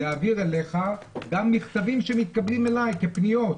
להעביר אליך מכתבים שנשלחים אלי כפניות.